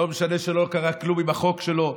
לא משנה שלא קרה כלום עם החוק שלו,